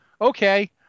okay